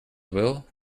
will